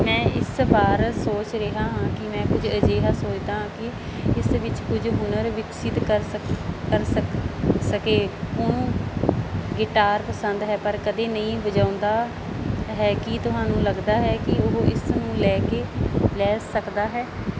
ਮੈਂ ਇਸ ਬਾਰ ਸੋਚ ਰਿਹਾ ਹਾਂ ਕੀ ਮੈਂ ਕੁਝ ਅਜਿਹਾ ਸੋਚਦਾ ਹਾਂ ਕਿ ਇਸ ਵਿੱਚ ਕੁਝ ਹੁਨਰ ਵਿਕਸਿਤ ਕਰ ਸਕ ਕਰ ਸਕ ਸਕੇ ਉਹਨੂੰ ਗਿਟਾਰ ਪਸੰਦ ਹੈ ਪਰ ਕਦੇ ਨਹੀਂ ਵਜਾਉਂਦਾ ਹੈ ਕੀ ਤੁਹਾਨੂੰ ਲੱਗਦਾ ਹੈ ਕੀ ਉਹ ਇਸ ਨੂੰ ਲੈ ਕੇ ਲੈ ਸਕਦਾ ਹੈ